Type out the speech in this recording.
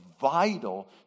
vital